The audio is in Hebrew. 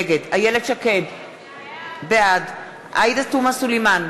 נגד איילת שקד, בעד עאידה תומא סלימאן,